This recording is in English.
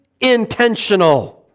intentional